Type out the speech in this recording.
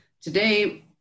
Today